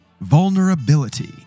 vulnerability